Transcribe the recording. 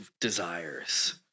desires